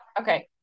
okay